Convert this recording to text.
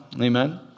Amen